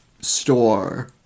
store